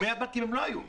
אם היו בנקים הם לא היו.